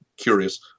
Curious